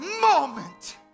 moment